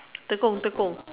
Tekong Tekong